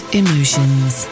emotions